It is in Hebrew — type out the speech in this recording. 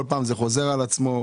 כל פעם זה חוזר על עצמו,